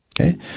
Okay